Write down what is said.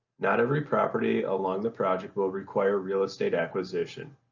not every property along the project will require real estate acquisition.